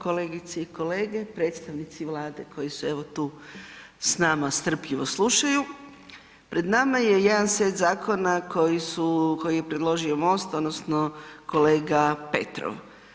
Kolegice i kolege, predstavnici Vlade koji su evo tu s nama strpljivo slušaju, pred nama je jedan set zakona koji su, koje je predložio MOST odnosno kolega Petrov.